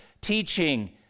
teaching